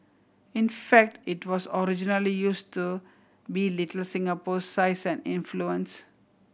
in fact it was originally used to belittle Singapore's size and influence